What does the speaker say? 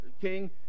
King